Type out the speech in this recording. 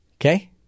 Okay